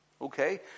Okay